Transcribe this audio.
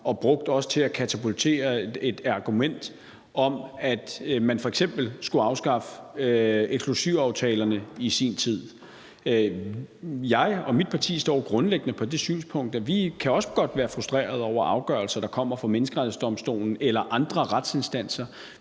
også brugt til at katapultere et argument om, at man f.eks. skulle afskaffe eksklusivaftalerne i sin tid. Jeg og mit parti står grundlæggende på det synspunkt, at vi også godt kan være frustrerede over afgørelser, der kommer fra Menneskerettighedsdomstolen eller andre retsinstanser,